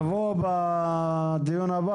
וקנסות לגביית חובות.